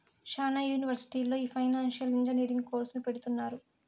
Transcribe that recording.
శ్యానా యూనివర్సిటీల్లో ఈ ఫైనాన్సియల్ ఇంజనీరింగ్ కోర్సును పెడుతున్నారు